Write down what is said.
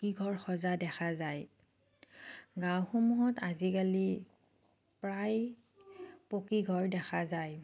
পকী ঘৰ সজা দেখা যায় গাঁওসমূহত আজিকালি প্ৰায়ে পকী ঘৰ দেখা যায়